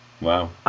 wow